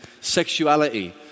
sexuality